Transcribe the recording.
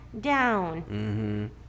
down